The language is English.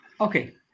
okay